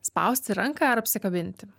spausti ranką ar apsikabinti